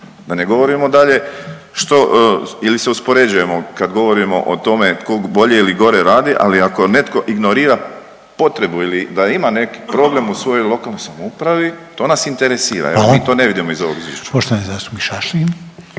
da ne govorimo dalje što ili se uspoređujemo kad govorimo o tome tko bolje ili gore radi, ali ako netko ignorira potrebu ili da ima neki program u svojoj lokalnoj samoupravi to nas interesira …/Upadica: Hvala./… jer mi to ne vidimo